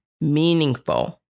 meaningful